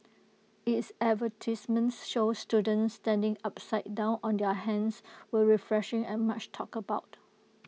its advertisements showing students standing upside down on their hands were refreshing and much talked about